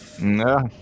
No